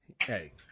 Hey